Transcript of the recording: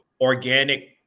organic